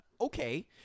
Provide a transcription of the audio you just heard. okay